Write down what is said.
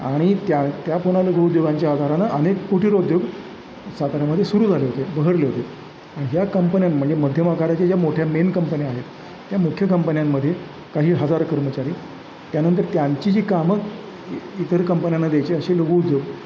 आणि त्या त्या पुन्हा लघु उद्योगांच्या आधारानं अनेक कुटीर उद्योग साताऱ्यामध्ये सुरू झाले होते बहरले होते आणि ह्या कंपन्यां म्हणजे मध्यम आकाराच्या ज्या मोठ्या मेन कंपन्या आहेत त्या मुख्य कंपन्यांमध्ये काही हजार कर्मचारी त्यानंतर त्यांची जी कामं इतर कंपन्यांना द्यायची असे लघु उद्योग